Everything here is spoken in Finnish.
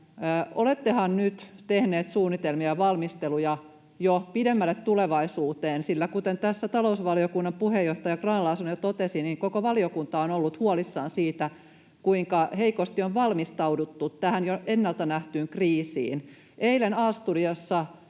nyt tehneet suunnitelmia ja valmisteluja jo pidemmälle tulevaisuuteen, sillä kuten tässä talousvaliokunnan puheenjohtaja Grahn-Laasonen jo totesi, koko valiokunta on ollut huolissaan siitä, kuinka heikosti on valmistauduttu tähän jo ennalta nähtyyn kriisiin? Eilen A-studiossa